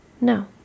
No